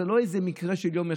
זה לא איזה מקרה של יום.